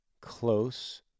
close